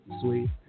Sweet